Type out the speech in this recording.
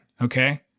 okay